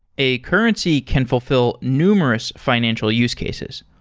a currency can fulfill numerous financial use cases.